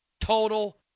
total